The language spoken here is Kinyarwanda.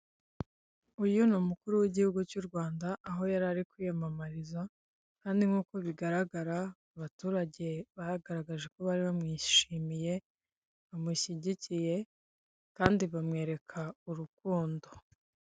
Uruganda rw'amata, utubuni turi mu gatajeri rw'ibara ry'umweru turimo amata, igikoresho babikamo amata kiri iruhande rwabyo.